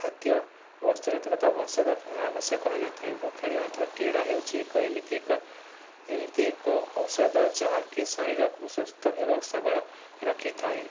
ଖାଦ୍ୟ ଓ ଔଷଧ ଆବଶ୍ୟକ ହୋଇନଥାଏ ଓ ଖେଳିବା ମାତ୍ର କ୍ରୀଡ଼ା ହେଉଛି ଏକ ଏମିତି ଏକ ଏମିତି ଏକ ଔଷଧ ଯାହାକି ଶରୀରକୁ ସୁସ୍ଥ ଏବଂ ସବଳ ରଖିଥାଏ